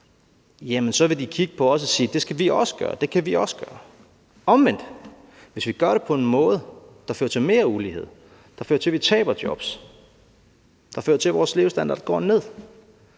så vil de kigge på os og sige: Det skal vi også gøre, det kan vi også gøre. Hvis vi omvendt gør det på en måde, der fører til mere ulighed, der fører til, at vi taber jobs, der fører til, at vores levestandard går ned,